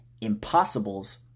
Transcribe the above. impossibles